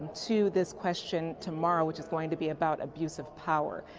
um to this question tomorrow which is going to be about abuse of power.